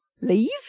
leave